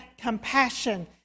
compassion